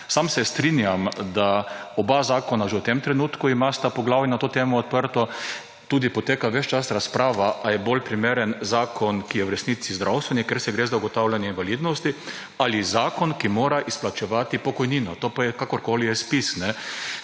Sam se strinjam, da imata oba zakona že v tem trenutku poglavji na to temo odprti, ves čas poteka tudi razprava, ali je bolj primeren zakon, ki je v resnici zdravstveni, ker gre za ugotavljanje invalidnosti, ali zakon, ki mora izplačevati pokojnino, to pa je kakorkoli ZPIZ.